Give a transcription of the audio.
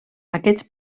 aquests